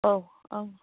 औ औ